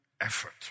effort